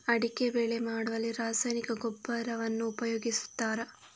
ಅಡಿಕೆ ಬೆಳೆ ಮಾಡುವಲ್ಲಿ ರಾಸಾಯನಿಕ ಗೊಬ್ಬರವನ್ನು ಉಪಯೋಗಿಸ್ತಾರ?